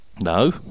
No